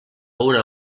una